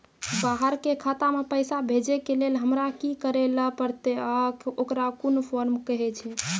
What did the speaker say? बाहर के खाता मे पैसा भेजै के लेल हमरा की करै ला परतै आ ओकरा कुन फॉर्म कहैय छै?